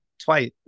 twice